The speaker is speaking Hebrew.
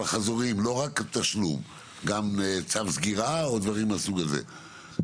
אל-חזור ולא רק תשלום אלא גם צו סגירה או דברים מהסוג הזה.